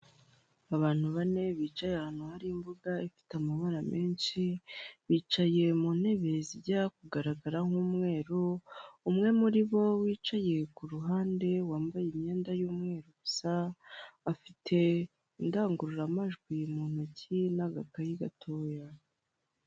Abantu bane bicaye ahantu hari imbuga ifite amabara mensh,i bicaye mu ntebe zijya kugaragara nk'umweru, umwe muri bo wicaye ku ruhande wambaye imyenda y'umweru gusa afite indangururamajwi mu ntoki n'agakayi gatoya.